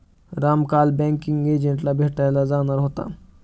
राम काल बँकिंग एजंटला भेटायला जाणार होता